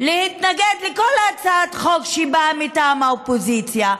להתנגד לכל הצעת חוק שבאה מטעם האופוזיציה.